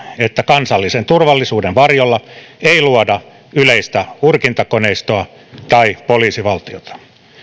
että kansallisen turvallisuuden varjolla ei luoda yleistä urkintakoneistoa tai poliisivaltiota